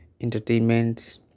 entertainment